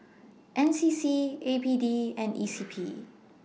N C C A P D and E C P